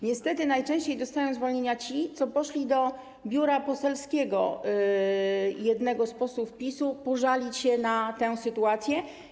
Niestety najczęściej dostają zwolnienia ci, co poszli do biura poselskiego jednego z posłów PiS-u pożalić się na tę sytuację.